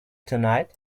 tonight